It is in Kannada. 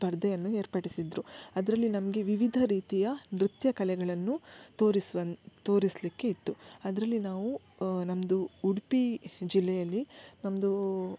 ಸ್ಪರ್ಧೆಯನ್ನು ಏರ್ಪಡಿಸಿದ್ರು ಅದರಲ್ಲಿ ನಮಗೆ ವಿವಿಧ ರೀತಿಯ ನೃತ್ಯ ಕಲೆಗಳನ್ನು ತೋರಿಸುವನು ತೋರಿಸಲಿಕ್ಕೆ ಇತ್ತು ಅದರಲ್ಲಿ ನಾವು ನಮ್ದು ಉಡುಪಿ ಜಿಲ್ಲೆಯಲ್ಲಿ ನಮ್ದೂ